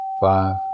five